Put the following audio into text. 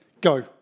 Go